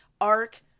arc